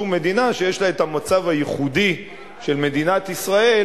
שום מדינה שיש לה המצב הייחודי של מדינת ישראל,